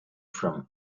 from